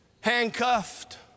handcuffed